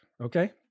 okay